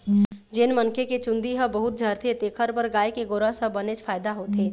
जेन मनखे के चूंदी ह बहुत झरथे तेखर बर गाय के गोरस ह बनेच फायदा होथे